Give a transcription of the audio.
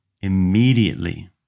Immediately